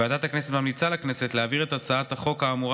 ועדת הכנסת ממליצה לכנסת להעביר את הצעת החוק האמורה